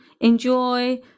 enjoy